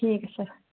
ঠিক আছে